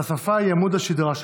והשפה היא עמוד השדרה שלו.